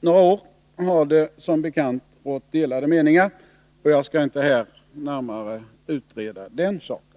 några år upphörde har det som bekant rått delade meningar, och jag skall inte här närmare utreda den saken.